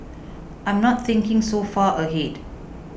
I'm not thinking so far ahead